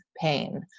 pain